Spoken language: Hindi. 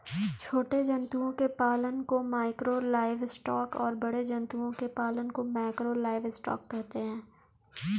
छोटे जंतुओं के पालन को माइक्रो लाइवस्टॉक और बड़े जंतुओं के पालन को मैकरो लाइवस्टॉक कहते है